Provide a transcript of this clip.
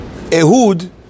Ehud